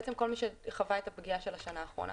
בעצם כל מי שחווה את הפגיעה של השנה האחרונה.